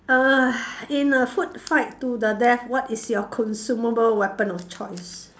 uh in a food fight to the death what is your consumable weapon of choice